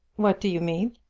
what do you mean?